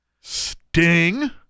Sting